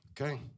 Okay